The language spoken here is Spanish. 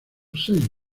seis